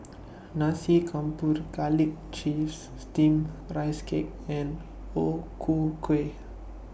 Nasi Campur Garlic Chives Steamed Rice Cake and O Ku Kueh